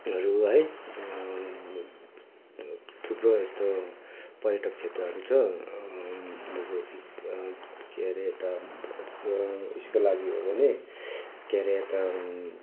हरू है थुप्रो यस्तो पर्यटक क्षेत्रहरू छ के अरे यता ऊ यसको लागि हो भने के अरे यता